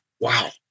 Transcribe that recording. Wow